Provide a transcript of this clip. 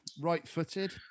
right-footed